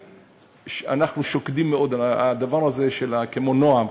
אנחנו שוקדים מאוד על הדבר הזה, כמו נע"ם.